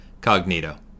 Cognito